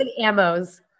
ammos